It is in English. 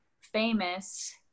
famous